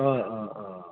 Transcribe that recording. অঁ অঁ অঁ